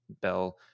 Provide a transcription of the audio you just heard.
Bell